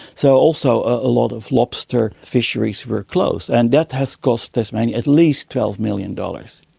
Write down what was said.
so also a lot of lobster fisheries were closed, and that has cost tasmania at least twelve million dollars.